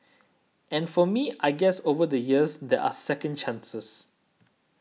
and for me I guess over the years there are second chances